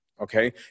Okay